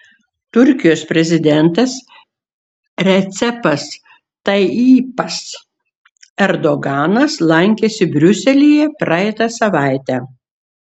turkijos prezidentas recepas tayyipas erdoganas lankėsi briuselyje praeitą savaitę